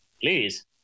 please